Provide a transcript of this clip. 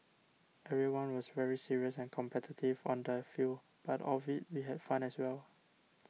everyone was very serious and competitive on the field but off it we had fun as well